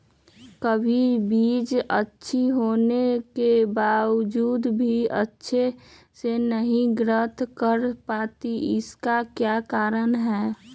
कभी बीज अच्छी होने के बावजूद भी अच्छे से नहीं ग्रोथ कर पाती इसका क्या कारण है?